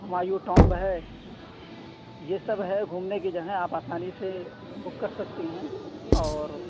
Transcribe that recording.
Humayun tomb ہے یہ سب ہے گُھومنے کی جگہ آپ آسانی سے بک کر سکتی ہیں اور